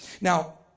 Now